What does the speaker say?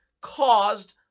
caused